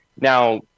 Now